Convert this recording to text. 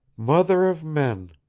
mother of men!